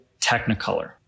technicolor